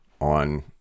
on